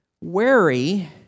wary